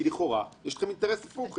לכאורה יש לכם אינטרס הפוך.